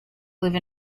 live